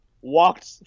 walked